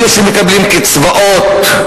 אלה שמקבלים קצבאות,